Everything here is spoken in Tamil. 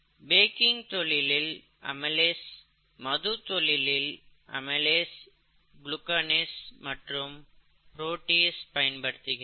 பேக்கிங் தொழிலில் அமைலேஸ் மது தொழிலில் அமைலேஸ் க்ளுகனாசிஸ் மற்றும் ப்ரோடீஸ் பயன்படுத்தப்படுகிறது